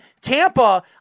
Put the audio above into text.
Tampa